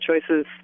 choices